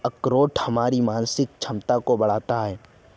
अखरोट हमारी मानसिक क्षमता को बढ़ाता है